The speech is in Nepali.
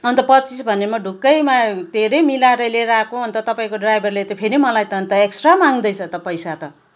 अन्त पच्चिस भनेर म ढुक्कैमा के अरे मिलाएर लिएर आएको तपाईँको ड्राइभरले त फेरि मलाई त अन्त एक्स्ट्रा माग्दै छ त पैसा त